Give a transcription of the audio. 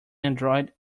android